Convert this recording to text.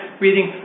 breathing